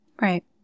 Right